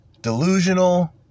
delusional